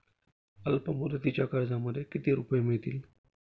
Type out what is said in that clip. अल्पमुदतीच्या कर्जामध्ये किती रुपये मिळतील?